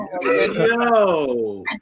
Yo